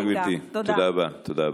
תודה רבה, גברתי, תודה רבה.